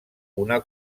una